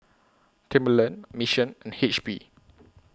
Timberland Mission and H P